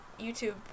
YouTube